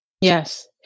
Yes